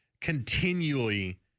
continually